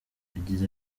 yagize